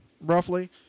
roughly